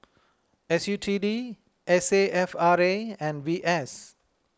S U T D S A F R A and V S